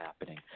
happening